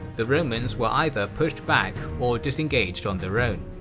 the romans were either pushed back or disengaged on their own.